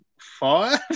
five